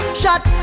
shot